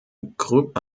groupe